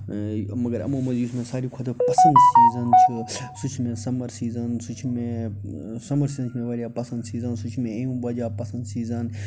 مگر یِمو منٛز یُس مےٚ سارِوی کھۄتہٕ پسنٛد سیٖزَن چھُ سُہ چھُ مےٚ سَمَر سیٖزَن سُہ چھُ مےٚ سَمَر سیٖزَن چھُ مےٚ واریاہ پسنٛد سیٖزَن سُہ چھُ مےٚ اَمہِ وَجہ پسنٛد سیٖزَن